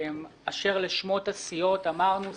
אשר לשמות הסיעות אמרנו,